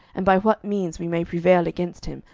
and by what means we may prevail against him,